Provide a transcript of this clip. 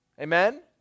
Amen